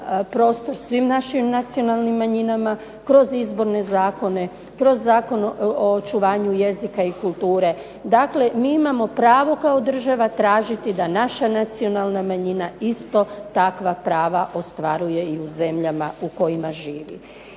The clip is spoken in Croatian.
svim našim nacionalnim manjinama, kroz izborne zakone, kroz Zakon o očuvanju jezika i kulture, dakle mi imamo pravo kao država tražiti da naša nacionalna manjina isto takva prava ostvaruje u zemljama u kojima živi.